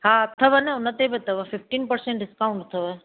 हा अथव न उन ते बि अथव फिफ्टीन पर्सेन्ट डिस्काउन्ट अथव